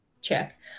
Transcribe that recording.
check